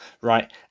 right